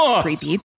creepy